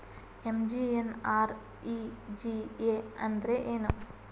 MGNREGA ಅಂದ್ರೆ ಏನು?